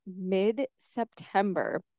mid-September